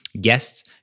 Guests